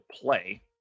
play